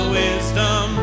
wisdom